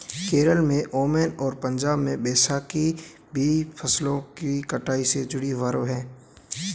केरल में ओनम और पंजाब में बैसाखी भी फसलों की कटाई से जुड़े पर्व हैं